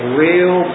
real